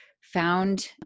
found